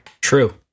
True